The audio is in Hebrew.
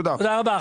תודה רבה.